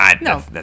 No